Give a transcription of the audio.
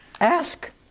ask